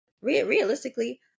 Realistically